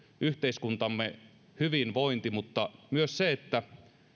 yhteiskuntamme hyvinvointi mutta myös se että